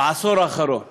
בעשור האחרון.